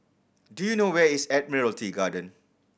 do you know where is Admiralty Garden